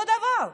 אותו דבר.